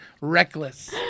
Reckless